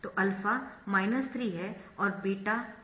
तो α 3 है और β 2 है